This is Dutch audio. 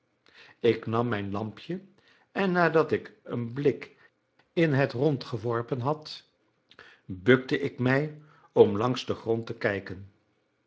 ik nam mijn lampje en nadat ik een blik in het rond geworpen had bukte ik mij om langs den grond te kijken